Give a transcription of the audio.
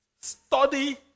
study